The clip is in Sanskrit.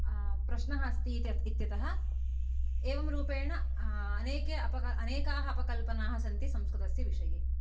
प्रश्नः अस्ति इति इत्यतः एवं रूपेण अनेके अनेका अपल्पनाः सन्ति संस्कृतस्य विषये